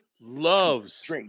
loves